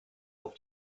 auf